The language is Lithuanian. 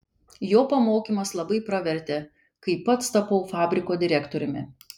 jo pamokymas labai pravertė kai pats tapau fabriko direktoriumi